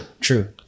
True